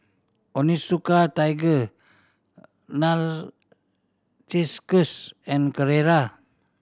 Onitsuka Tiger Narcissus and Carrera